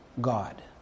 God